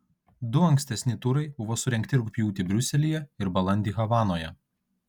du ankstesni turai buvo surengti rugpjūtį briuselyje ir balandį havanoje